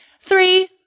three